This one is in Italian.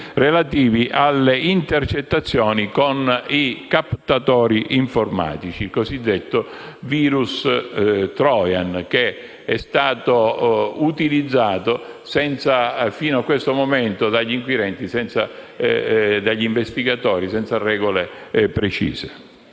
relativi alle intercettazioni con i captatori informatici, il cosiddetto virus *trojan*, che è stato utilizzato fino a questo momento dagli investigatori senza regole precise,